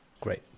Great